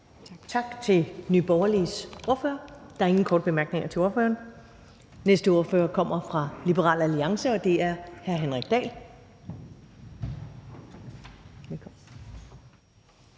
Tak til Nye Borgerliges ordfører. Der er ingen korte bemærkninger til ordføreren. Den næste ordfører kommer fra Liberal Alliance, og det er hr. Henrik Dahl. Kl.